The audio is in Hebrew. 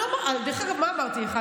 דרך אגב, מה אמרתי לך?